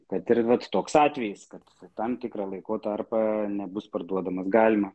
kad ir bet toks atvejis kad tam tikrą laiko tarpą nebus parduodamas galima